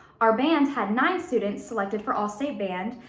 our band had nine students selected for all-state band,